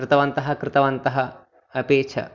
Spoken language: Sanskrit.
कृतवन्तः कृतवन्तः अपि च